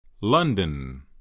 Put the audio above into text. London